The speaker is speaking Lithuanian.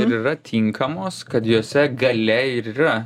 ir yra tinkamos kad jose galia ir yra